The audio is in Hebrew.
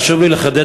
חשוב לי לחדד,